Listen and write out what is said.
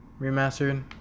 remastered